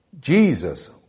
jesus